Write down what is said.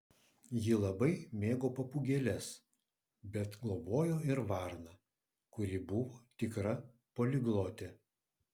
ji labai mėgo papūgėles bet globojo ir varną kuri buvo tikra poliglotė